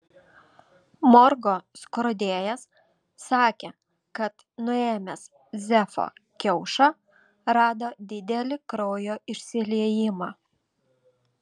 morgo skrodėjas sakė kad nuėmęs zefo kiaušą rado didelį kraujo išsiliejimą